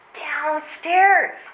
Downstairs